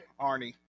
Arnie